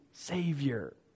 Savior